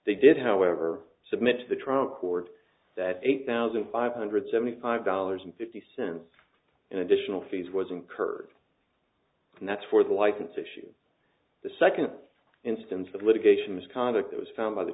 they did however submit to the trial court that eight thousand five hundred seventy five dollars and fifty cents in additional fees was incurred and that for the license issue the second instance for the litigation misconduct was found by the